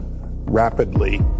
rapidly